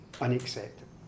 unacceptable